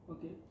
Okay